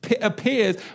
appears